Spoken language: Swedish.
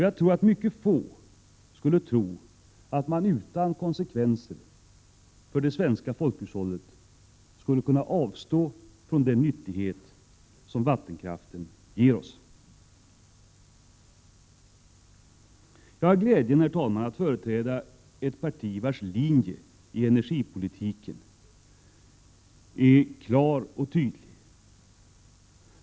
Jag tror att mycket få verkligen tror att man utan konsekvenser för det svenska folkhushållet skulle kunna avstå från den nyttighet som vattenkraften ger oss. Jag har glädjen, herr talman, att företräda ett parti vars linje i energipolitiken är klar och tydlig.